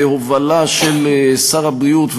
בהובלה של שר הבריאות,